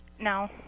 No